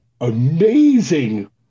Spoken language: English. amazing